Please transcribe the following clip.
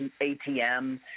ATM